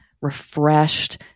refreshed